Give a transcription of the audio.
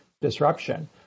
disruption